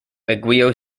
baguio